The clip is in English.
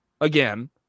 again